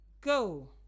Go